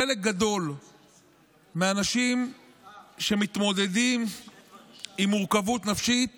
חלק גדול מהאנשים שמתמודדים עם מורכבות נפשית